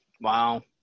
Wow